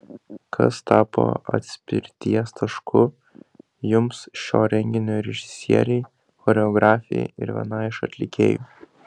kas tapo atspirties tašku jums šio renginio režisierei choreografei ir vienai iš atlikėjų